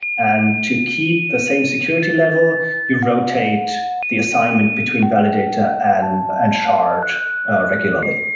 and to keep the same security level, you rotate the assignment between validator and and shard regularly.